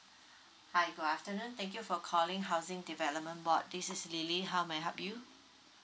hi good afternoon thank you for calling housing development board this is lily how may I help you